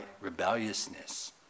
rebelliousness